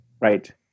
Right